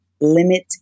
limit